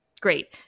Great